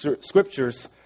scriptures